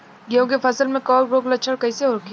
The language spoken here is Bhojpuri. गेहूं के फसल में कवक रोग के लक्षण कईसे रोकी?